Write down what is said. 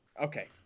Okay